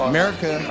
America